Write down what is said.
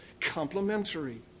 complementary